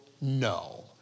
no